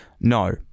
No